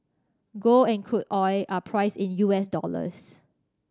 gold and crude oil are priced in U S dollars